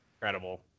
incredible